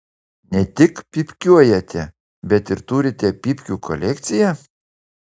ne tik pypkiuojate bet ir turite pypkių kolekciją